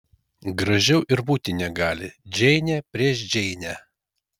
gražiau ir būti negali džeinė prieš džeinę